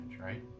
right